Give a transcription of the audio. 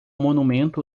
monumento